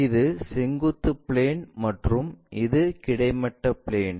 இது செங்குத்து பிளேன் மற்றும் இது கிடைமட்ட பிளேன்